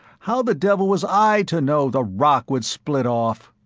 how the devil was i to know the rock would split off?